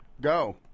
go